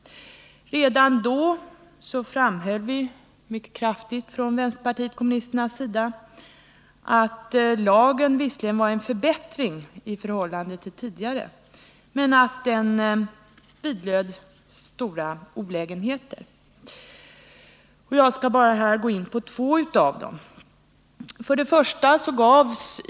Redan då underströk vi från vänsterpartiet kommunisternas sida mycket kraftigt att lagen visserligen var en förbättring i förhållande till tidigare men att stora olägenheter vidlådde. Jag skall här bara gå in på två av dessa olägenheter.